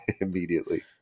immediately